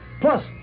Plus